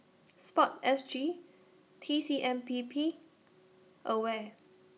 Sport S G T C M P B and AWARE